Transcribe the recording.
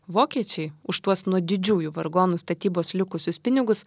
vokiečiai už tuos nuo didžiųjų vargonų statybos likusius pinigus